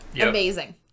Amazing